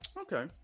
okay